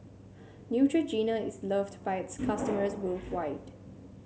Neutrogena is loved by its customers worldwide